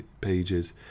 pages